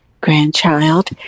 grandchild